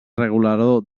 regulador